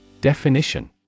Definition